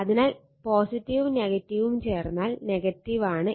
അതിനാൽ ഉം ഉം ചേർന്നാൽ ആണ്